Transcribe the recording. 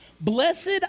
blessed